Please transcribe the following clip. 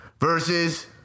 Versus